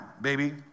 baby